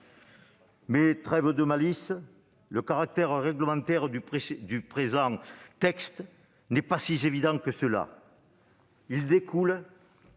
? Trêve de malice ! Le caractère réglementaire du présent texte n'est pas si évident que cela. Il découle du